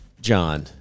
John